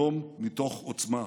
שלום מתוך עוצמה,